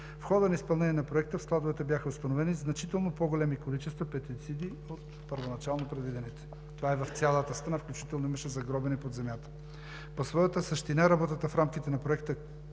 В хода на изпълнение на Проекта в складовете бяха установени значително по-големи количества пестициди от първоначално предвидените. Това е в цялата страна, включително имаше загробени под земята. По своята същина работата в рамките на Проекта,